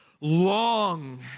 Long